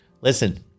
Listen